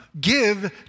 give